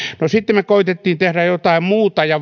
no sitten me koetimme tehdä jotain muuta ja